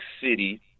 city